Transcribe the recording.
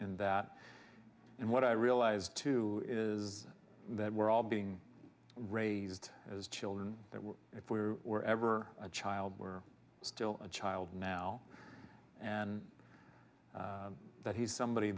in that and what i realize too is that we're all being raised as children that if we were ever a child we're still a child now and that he's somebody